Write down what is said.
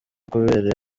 kubera